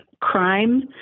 crime